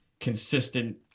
consistent